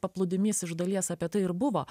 plūdimys iš dalies apie tai ir buvo